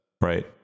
Right